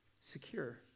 secure